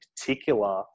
particular